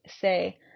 say